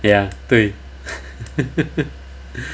ya 对